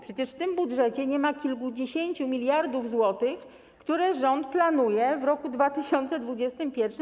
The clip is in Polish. Przecież w tym budżecie nie ma kilkudziesięciu miliardów złotych, które rząd planuje wydać w roku 2021.